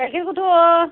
गाइखेरखौथ'